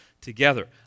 together